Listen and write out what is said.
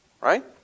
right